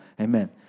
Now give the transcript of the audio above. Amen